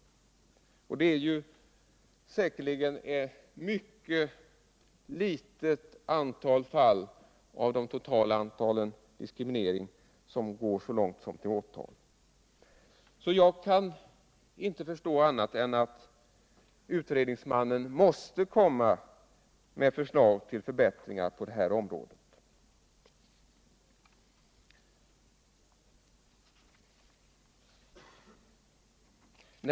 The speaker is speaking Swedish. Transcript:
De är säkert mycket få fall av det totala antalet diskrimineringsfall som går så långt som till åtal. Jag kan inte förstå annat än att utredningsmannen måste komma med förslag till förbättringar på detta område.